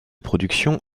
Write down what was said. production